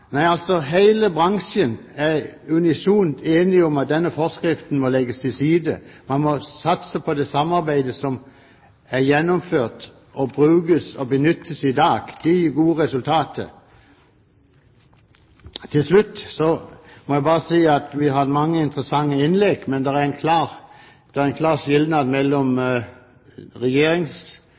Nei, hele bransjen er unisont enige om at denne forskriften må legges til side. Man må satse på det samarbeidet som er gjennomført og benyttes i dag. Det gir gode resultater. Til slutt så må jeg bare si at vi har hatt mange interessante innlegg, men det er en klar skilnad mellom